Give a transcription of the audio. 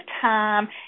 time